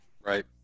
right